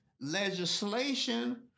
legislation